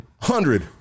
Hundred